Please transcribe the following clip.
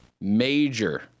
major